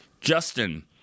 Justin